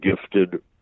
gifted